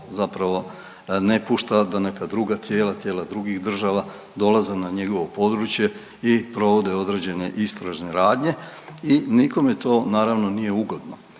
olako ne pušta da neka druga tijela, tijela drugih država dolaze na njegovo područje i provode određene istražne radnje i nikome to naravno nije ugodno.